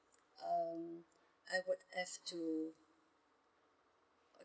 uh I would have to